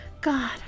god